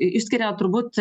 išskiria turbūt